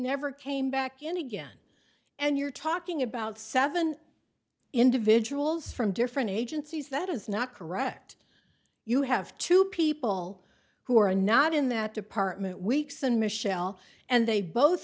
never came back in again and you're talking about seven individuals from different agencies that is not correct you have two people who are not in that department weeks and michelle and they both